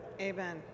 Amen